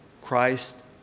Christ